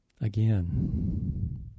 Again